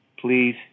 please